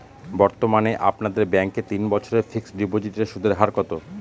বর্তমানে আপনাদের ব্যাঙ্কে তিন বছরের ফিক্সট ডিপোজিটের সুদের হার কত?